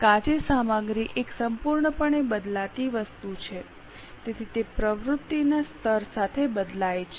કાચી સામગ્રી એક સંપૂર્ણપણે બદલાતી વસ્તુ છે તેથી તે પ્રવૃત્તિના સ્તર સાથે બદલાય છે